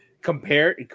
compare